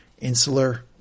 insular